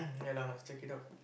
ya lah must check it out